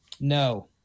No